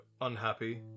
unhappy